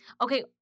Okay